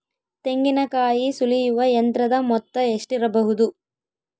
ತೆಂಗಿನಕಾಯಿ ಸುಲಿಯುವ ಯಂತ್ರದ ಮೊತ್ತ ಎಷ್ಟಿರಬಹುದು?